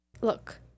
look